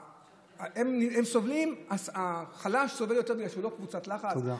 הם סובלים, החלש סובל יותר כי הוא לא קבוצת לחץ.